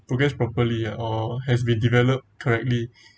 progress properly ah or has been developed correctly